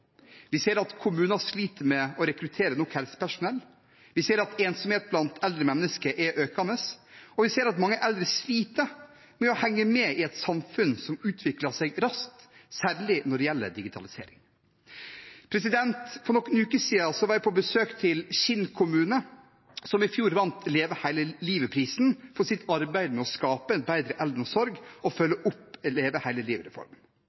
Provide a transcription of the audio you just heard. Vi ser at kommuner sliter med å rekruttere nok helsepersonell, vi ser at ensomhet blant eldre mennesker er økende, og vi ser at mange eldre sliter med å henge med i et samfunn som utvikler seg raskt, særlig når det gjelder digitalisering. For noen uker siden var jeg på besøk til Kinn kommune, som i fjor vant Leve hele livet-prisen for sitt arbeid med å skape en bedre eldreomsorg og følge opp Leve hele